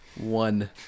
One